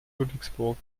ludwigsburg